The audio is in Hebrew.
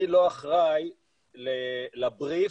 אני לא אחראי לבריף,